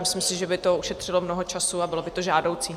Myslím si, že by to ušetřilo mnoho času a bylo by to žádoucí.